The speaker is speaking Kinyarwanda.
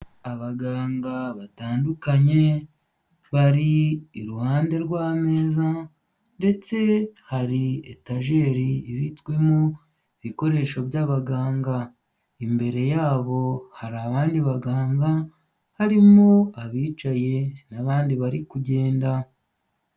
Abaganga batandukanye bari iruhande rw'ameza ndetse hari etajeri ibitswemo ibikoresho by'abaganga, imbere yabo hari abandi baganga harimo abicaye n'abandi bari kugenda.